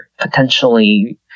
potentially